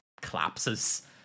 collapses